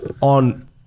on